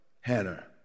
Hannah